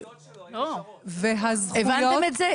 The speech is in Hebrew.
והזכויות --- הבנתם את זה?